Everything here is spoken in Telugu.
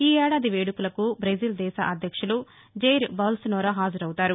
ఈ ఏడాది వేడుకలకు బెజిల్ దేశ అధ్యక్షులు జైర్ బోల్స్నోరో హాజరవుతారు